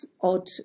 odd